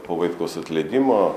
po vaitkaus atleidimo